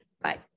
Bye